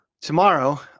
Tomorrow